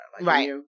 right